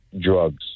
drugs